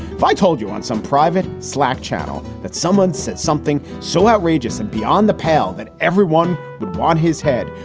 if i told you on some private slack channel that someone says something so outrageous and beyond the pale that everyone would want his head,